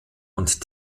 und